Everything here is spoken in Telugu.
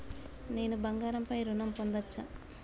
నేను బంగారం పై ఋణం పొందచ్చా?